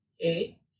okay